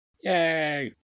Yay